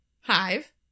hive